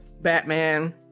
Batman